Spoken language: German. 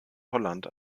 holland